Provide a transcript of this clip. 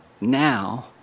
now